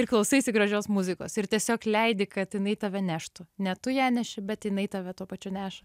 ir klausaisi gražios muzikos ir tiesiog leidi kad jinai tave neštų ne tu ją neši bet jinai tave tuo pačiu neša